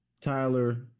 Tyler